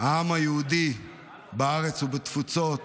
העם היהודי בארץ ובתפוצות.